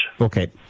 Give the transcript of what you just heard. Okay